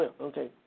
Okay